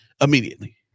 immediately